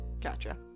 Gotcha